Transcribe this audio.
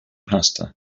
pasta